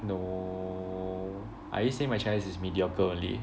no are you saying my Chinese is mediocre only